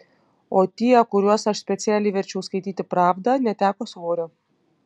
o tie kuriuos aš specialiai verčiau skaityti pravdą neteko svorio